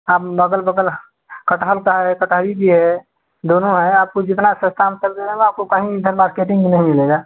आप बगल बगल कटहल का रेट बता ही दिए हैं दोनों हैं आपको जितना सस्ता हम कर दे रहे हैं न आपको कहीं नहीं मार्केटिंग भी नहीं मिलेगा